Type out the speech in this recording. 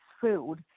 food